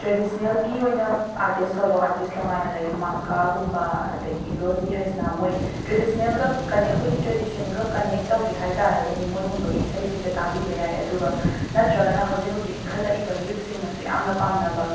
ꯇ꯭ꯔꯦꯗꯤꯁꯅꯦꯜꯒꯤ ꯑꯣꯏꯅ artist solo artist ꯇꯣꯉꯥꯟꯅ ꯂꯩꯌꯦ ꯃꯪꯀꯥꯒꯨꯝꯕ ꯑꯗꯒꯤ ꯔꯣꯖꯤ ꯍꯩꯁꯅꯥꯝ ꯃꯣꯏ ꯇ꯭ꯔꯦꯗꯤꯁꯅꯦꯜꯒ ꯀꯅꯦ ꯑꯩꯈꯣꯏꯒꯤ ꯇ꯭ꯔꯦꯗꯤꯁꯟꯒ ꯀꯅꯦꯛ ꯇꯧꯒꯦ ꯍꯥꯏꯕ ꯇꯥꯔꯒꯗꯤ ꯃꯣꯏꯒꯨꯝꯕꯒꯤ ꯏꯁꯩꯁꯤꯡꯁꯦ ꯇꯥꯕꯤꯕ ꯌꯥꯏ ꯑꯗꯨꯒ ꯅꯠꯇ꯭ꯔꯒꯅ ꯍꯧꯖꯤꯛ ꯍꯧꯖꯤꯛ ꯏꯪꯈꯂꯛꯏꯕ ꯌꯨꯠꯁꯤꯡꯅꯁꯨ ꯌꯥꯝꯅ ꯄꯥꯝꯅꯕ